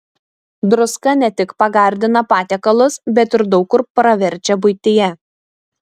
druska ne tik pagardina patiekalus bet ir daug kur praverčia buityje